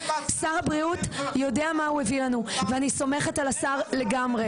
שר הבריאות יודע מה הוא הביא לנו ואני סומכת על השר לגמרי.